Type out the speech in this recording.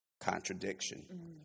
contradiction